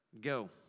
go